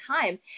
time